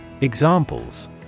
Examples